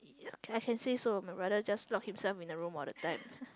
I can say so my brother just lock himself in the room all the time